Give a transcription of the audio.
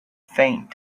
faint